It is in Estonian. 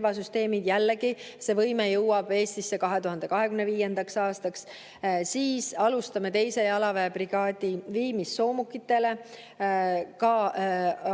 Jällegi, see võime jõuab Eestisse 2025. aastaks. Alustame 2. jalaväebrigaadi viimist soomukitele,